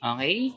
Okay